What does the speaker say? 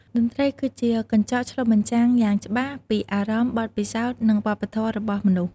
តន្ត្រីគឺជាកញ្ចក់ឆ្លុះបញ្ចាំងយ៉ាងច្បាស់ពីអារម្មណ៍ បទពិសោធន៍ និងវប្បធម៌របស់មនុស្ស។